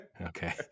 Okay